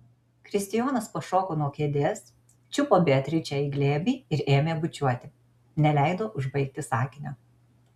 kristijonas pašoko nuo kėdės čiupo beatričę į glėbį ir ėmė bučiuoti neleido užbaigti sakinio